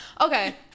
Okay